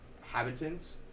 habitants